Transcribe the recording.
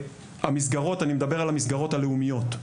אני מדבר על המסגרות הלאומיות,